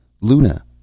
Luna